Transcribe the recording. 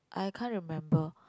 I can't remember